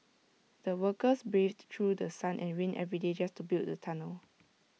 the workers braved through sun and rain every day just to build the tunnel